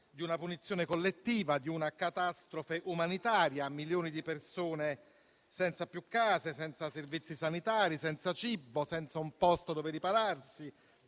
di una punizione collettiva, di una catastrofe umanitaria: milioni di persone sono senza più case, senza servizi sanitari, senza cibo, senza un posto dove ripararsi,